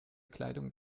kleidung